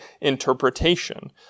interpretation